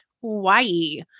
Hawaii